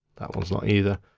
that one's not either.